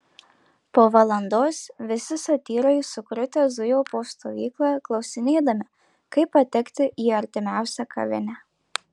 po valandos visi satyrai sukrutę zujo po stovyklą klausinėdami kaip patekti į artimiausią kavinę